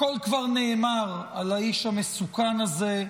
הכול כבר נאמר על האיש המסוכן הזה,